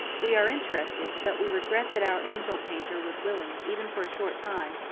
we are interested, but we regret that our angel-painter was willing, even for a short time,